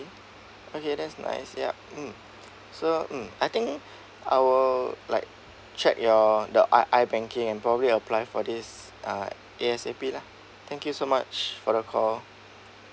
okay that's nice ya mm so mm I think I'll like check your the I I banking and probably apply for this uh A_S_A_P lah thank you so much for the call